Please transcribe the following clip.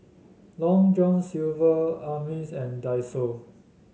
Long John Silver Ameltz and Daiso